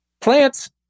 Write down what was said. plants